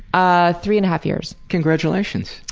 ah three and a half years. congratulations.